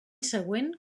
següent